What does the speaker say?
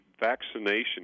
vaccination